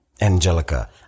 Angelica